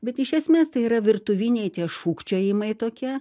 bet iš esmės tai yra virtuviniai tie šūkčiojimai tokie